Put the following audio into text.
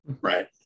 right